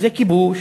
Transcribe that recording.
זה כיבוש,